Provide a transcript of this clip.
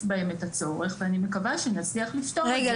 בהם את הצורך ואני מקווה שנצליח לפתור את זה --- רגע,